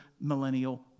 millennial